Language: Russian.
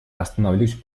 остановлюсь